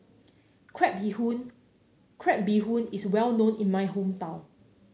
Crab Bee Hoon Crab Bee Hoon is well known in my hometown